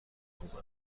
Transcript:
خوب